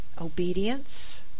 obedience